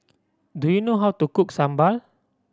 do you know how to cook sambal